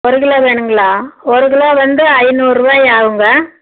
ஒரு கிலோ வேணும்ங்களா ஒரு கிலோ வந்து ஐந்நூறுபாய் ஆகுங்க